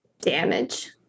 damage